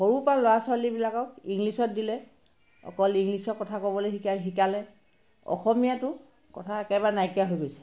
সৰু পৰা ল'ৰা ছোৱালীবিলাকক ইংলিছত দিলে অকল ইংলিছত কথা ক'বলৈ শিকা শিকালে অসমীয়াটো কথা একেবাৰে নাইকিয়া হৈ গৈছে